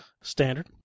Standard